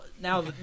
now